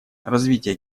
развитие